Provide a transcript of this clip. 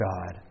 God